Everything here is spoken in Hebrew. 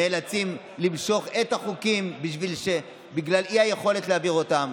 נאלצים למשוך את החוקים בגלל אי-יכולת להעביר אותם.